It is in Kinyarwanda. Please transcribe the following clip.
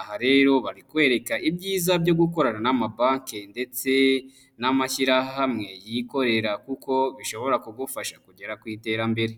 Aha rero bari kwereka ibyiza byo gukorana n'ama banki ndetse n'amashyirahamwe yikorera kuko bishobora kugufasha kugera ku iterambere.